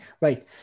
Right